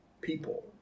people